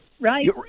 right